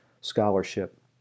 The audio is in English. scholarship